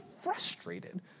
frustrated